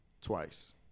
twice